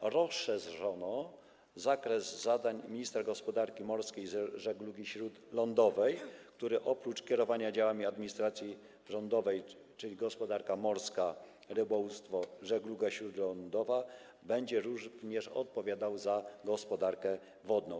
rozszerzono zakres zadań ministra gospodarki morskiej i żeglugi śródlądowej, który oprócz kierowania działami administracji rządowej, są to gospodarka morska, rybołówstwo, żegluga śródlądowa, będzie również odpowiadał za gospodarkę wodną.